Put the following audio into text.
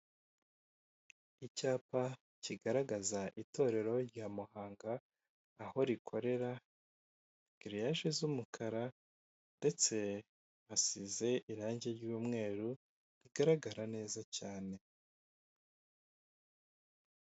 Icyapa kigaragaza itorero rya Muhanga aho rikorera giriyaje z'umukara ndetse hasize irangi ry'umweru rigaragara neza cyane.